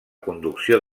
conducció